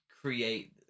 create